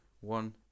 One